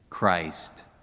Christ